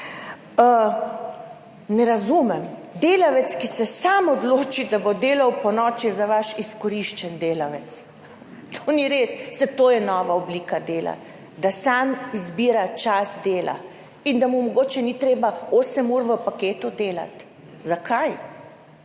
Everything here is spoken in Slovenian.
Ne razumem, delavec, ki se sam odloči, da bo delal ponoči, je za vas izkoriščen delavec. To ni res. To je nova oblika dela, da sam izbira čas dela in da mu mogoče ni treba delati osem ur v paketu. Zakaj?